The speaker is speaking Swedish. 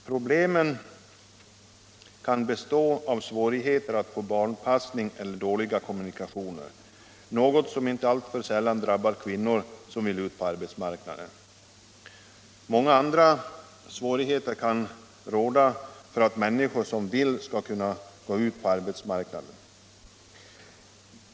Problemen kan bestå av svårigheter att få barnpassning eller av dåliga kommunikationer, något som inte alltför sällan drabbar kvinnor som vill ut på arbetsmarknaden. Många andra omständigheter kan också vara till hinder för människor som vill gå ut i arbetslivet.